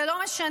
זה לא משנה,